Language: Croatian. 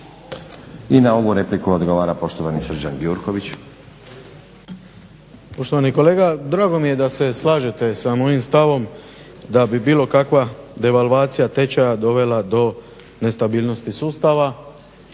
I na ovu repliku odgovara poštovani Srđan Gjurković.